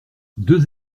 deux